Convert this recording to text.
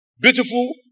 Beautiful